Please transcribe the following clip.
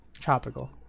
Tropical